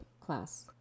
class